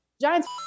Giants